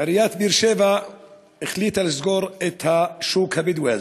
עיריית באר-שבע החליטה לסגור את השוק הזה,